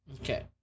Okay